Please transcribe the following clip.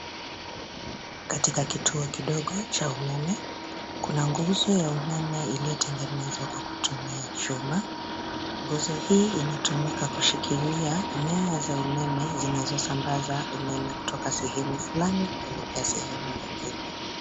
Katika kituo kidogo cha umeme kuna nguzo ya umeme iliyotengenezwa kwa kutumia chuma. Nguzo hii inatumika kushikilia nyaya za umeme zinazo sambaza umeme kutoka sehemu flani kuelekea sehemu nyingine.